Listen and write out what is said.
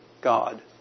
God